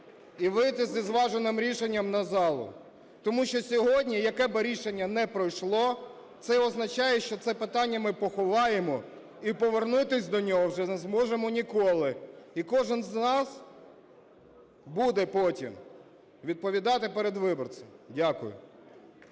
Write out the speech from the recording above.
і вийти зі зваженим рішенням на залу. Тому що сьогодні, яке б рішення не пройшло, це означає, що це питання ми поховаємо і повернутись до нього вже не зможемо ніколи. І кожен з нас буде потім відповідати перед виборцями. Дякую.